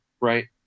right